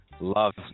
Love